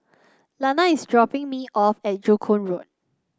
Lana is dropping me off at Joo Koon Road